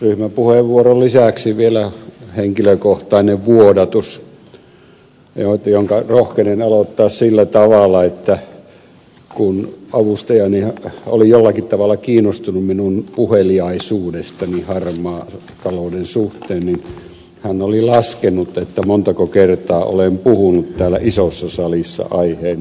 ryhmäpuheenvuoron lisäksi vielä henkilökohtainen vuodatus jonka rohkenen aloittaa sillä tavalla että kun avustajani oli jollakin tavalla kiinnostunut minun puheliaisuudestani harmaan talouden suhteen niin hän oli laskenut montako kertaa olen puhunut täällä isossa salissa aiheen johdosta